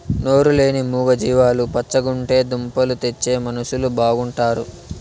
నోరు లేని మూగ జీవాలు పచ్చగుంటే దుంపలు తెచ్చే మనుషులు బాగుంటారు